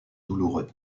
douloureux